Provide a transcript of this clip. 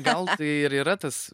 gal tai ir yra tas